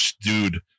dude